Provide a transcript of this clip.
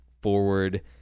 forward